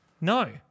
No